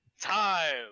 time